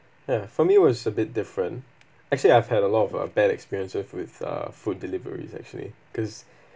ya for me was a bit different actually I've had a lot of a bad experiences with uh food deliveries actually cause